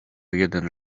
jeden